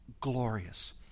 glorious